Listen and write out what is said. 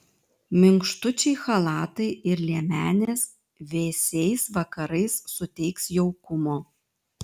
minkštučiai chalatai ir liemenės vėsiais vakarais suteiks jaukumo